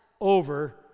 over